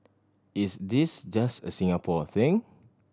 is this just a Singapore thing